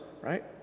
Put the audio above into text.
right